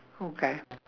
okay